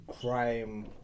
crime